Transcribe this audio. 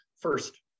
first